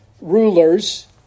rulers